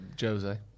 Jose